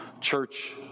church